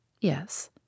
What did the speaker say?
Yes